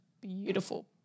beautiful